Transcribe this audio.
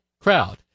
crowd